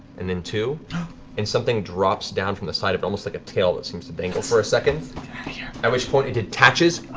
and then two, and something drops down from the side, almost like a tail that seems to dangle for a second. at which point, it detaches.